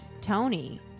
Tony